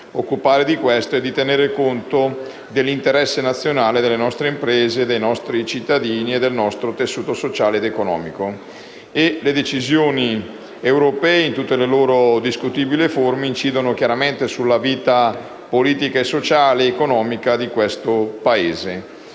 essere quella di tener conto dell'interesse nazionale delle nostre imprese, dei nostri cittadini e del nostro tessuto sociale ed economico. Le decisioni europee, infatti, in tutte le loro discutibili forme, incidono sulla vita politica, sociale ed economica del nostro Paese,